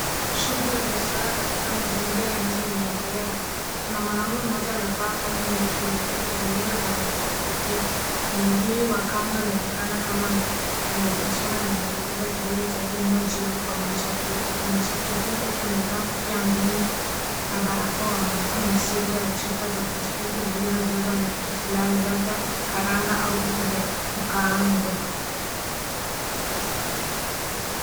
Shughuli ya biashara katika mazingira ya nje inaendelea, kuna mwanaume mmoja amevaa kanzu ndefu nyeupe akizungumza na mwendesha pikipiki, mwanaume huyu wa kanzu anaonekana kama anafanya biashara na anelekeza kidole cha gumba juu kwa mwendesha pikipiki, mwendesha pikipiki akiwa amevaa kofia ngumu na barakoa, amebeba mzigo ya chupa za plastiki zilizochazwa na kitu fulani labda karanga au vitu vya kukaangwa.